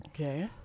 Okay